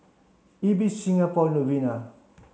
Ibis Singapore Novena